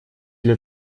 для